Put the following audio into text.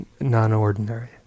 non-ordinary